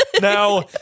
Now